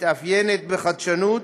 ומתאפיינת בחדשנות